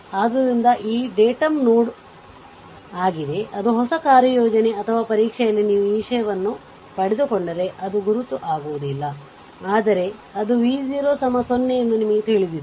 ಆದ್ದರಿಂದ ಇದು datum node ಆಗಿದೆ ಅದು ಹೊಸ ಕಾರ್ಯಯೋಜನೆ ಅಥವಾ ಪರೀಕ್ಷೆಯಲ್ಲಿ ನೀವು ಈ ವಿಷಯವನ್ನು ಪಡೆದುಕೊಂಡರೆ ಅದು ಗುರುತು ಆಗುವುದಿಲ್ಲ ಆದರೆ ಅದು v0 0 ಎಂದು ನಿಮಗೆ ತಿಳಿದಿದೆ